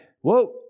Whoa